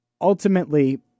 Ultimately